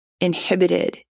inhibited